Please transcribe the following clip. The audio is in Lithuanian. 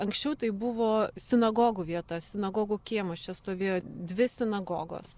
anksčiau tai buvo sinagogų vieta sinagogų kiemas čia stovėjo dvi sinagogos